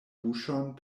buŝon